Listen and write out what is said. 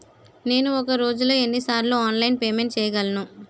నేను ఒక రోజులో ఎన్ని సార్లు ఆన్లైన్ పేమెంట్ చేయగలను?